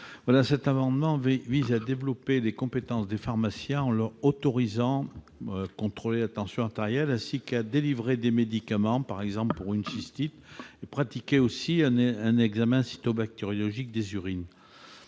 Cet amendement vise à développer les compétences des pharmaciens en les autorisant à contrôler la tension artérielle, ainsi qu'à délivrer des médicaments pour une cystite et à pratiquer préalablement un examen cytobactériologique des urines,